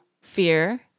fear